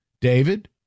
David